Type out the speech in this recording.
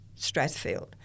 Strathfield